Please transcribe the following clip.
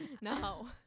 No